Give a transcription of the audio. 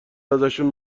ازشون